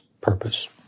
purpose